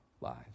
lives